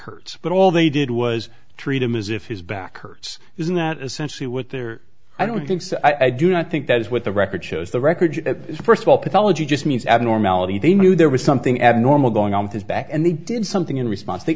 hurt but all they did was treat him as if his back hurts isn't that essentially what they're i don't think so i do not think that is what the record shows the record is first of all pathology just means abnormality they knew there was something abnormal going on his back and they did something in response t